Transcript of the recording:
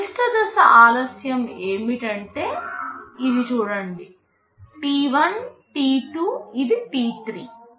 గరిష్ట దశ ఆలస్యం ఏమిటి ఇది చూడండి t1 t2 ఇది t3